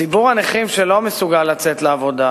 ציבור הנכים שלא מסוגל לצאת לעבודה